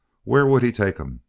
where would he take em?